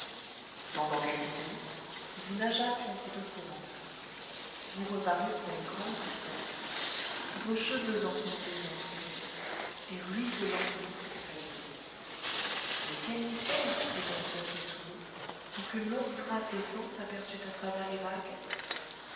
pendant quelques minutes vous nageâtes entre deux courants vous reparûtes à une grande distance vos cheveux entremêlés entre eux et ruisselants du liquide salé mais quel mystère s'était donc passé sous l'eau pour qu'une longue trace de sang s'aperçût à travers les vagues